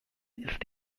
ist